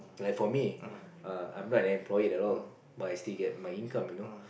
like for me err I'm not an employee at all but I still get my income you know